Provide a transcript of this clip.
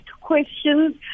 questions